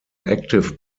active